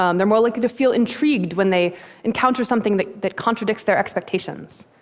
um they're more likely to feel intrigued when they encounter something that that contradicts their expectations.